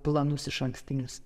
planus išankstinius